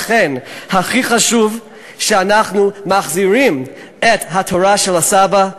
לכן, הכי חשוב שאנחנו מחזירים את התורה של הסבא,